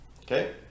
Okay